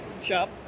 Shop